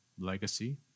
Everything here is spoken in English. legacy